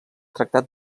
tractat